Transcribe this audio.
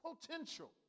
potential